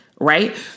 right